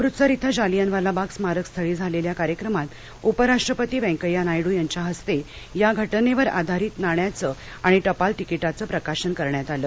अमृतसर इथं जालियनवाला बाग स्मारकस्थळी झालेल्या कार्यक्रमात उपराष्ट्रपती वेंकय्या नायड्र यांच्या हस्ते या घटनेवर आधारित नाण्याचं आणि टपाल तिकीटाचं प्रकाशन करण्यात आलं